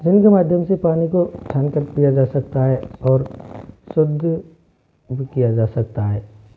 जिनके माध्यम से पानी को छान कर पिया जा सकता है और शुद्ध भी किया जा सकता है